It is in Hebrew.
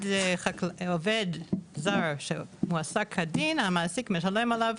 עובד זר שמועסק כדין, המעסיק משלם עליו